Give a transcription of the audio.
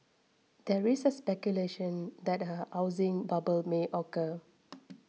the speculation that a housing bubble may occur